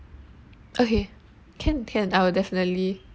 okay can can I will definitely